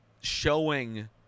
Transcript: showing